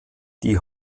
die